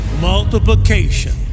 multiplication